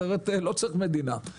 אחרת לא צריך מדינה.